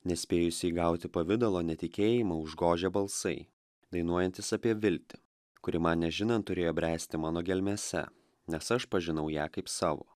nespėjusį įgauti pavidalo netikėjimą užgožia balsai dainuojantys apie viltį kuri man nežinant turėjo bręsti mano gelmėse nes aš pažinau ją kaip savo